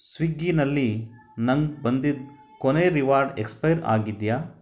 ಸ್ವಿಗ್ಗಿನಲ್ಲಿ ನಂಗೆ ಬಂದಿದ್ದ ಕೊನೇ ರಿವಾರ್ಡ್ ಎಕ್ಸ್ಪೈರ್ ಆಗಿದೆಯಾ